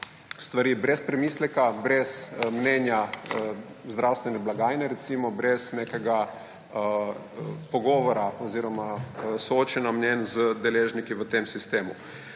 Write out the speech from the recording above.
stvari brez premisleka, brez mnenja zdravstvene blagajne recimo brez nekega pogovora oziroma soočenja mnenj z deležniki v tem sistemu.